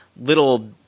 little